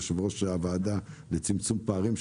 יושב-ראש הוועדה לצמצום פערים,